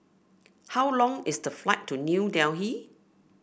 how long is the flight to New Delhi